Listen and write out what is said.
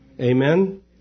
Amen